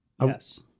Yes